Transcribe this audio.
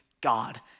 God